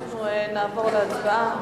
אנחנו נעבור להצבעה.